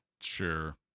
sure